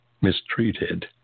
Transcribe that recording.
mistreated